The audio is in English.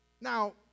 Now